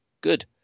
good